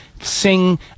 sing